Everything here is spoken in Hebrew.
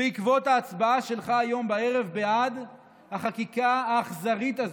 בעקבות ההצבעה שלך היום בערב בעד החקיקה האכזרית הזו,